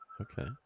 Okay